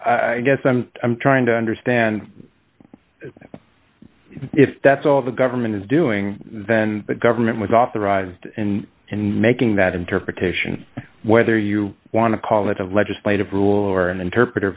i guess i'm i'm trying to understand if that's all the government is doing then the government was authorized in in making that interpretation whether you want to call it a legislative rule or an interpret